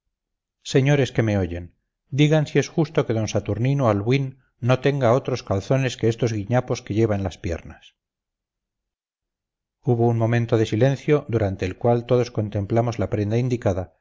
señores que me oyen digan si es justo que d saturnino albuín no tenga otros calzones que estos guiñapos que lleva en las piernas hubo un momento de silencio durante el cual todos contemplamos la prenda indicada